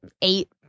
eight